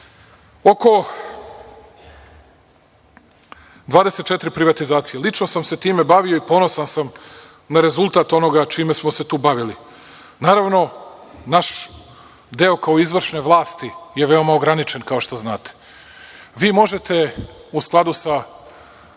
24 privatizacije. Lično sam se time bavio i ponosan sam na rezultat onoga čime smo se tu bavili. Naravno naš deo kao izvršne vlasti je veoma ograničen, kao što znate. Vi možete u skladu sa